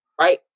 Right